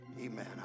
amen